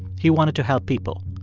he wanted to help people.